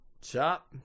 chop